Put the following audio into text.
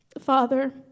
Father